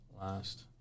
last